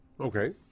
Okay